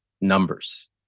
numbers